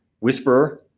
whisperer